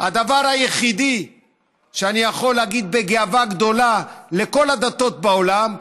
הדבר היחיד שאני יכול להגיד בגאווה גדולה לכל הדתות בעולם,